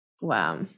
Wow